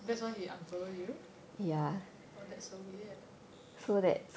that's why he unfollow you oh that's so weird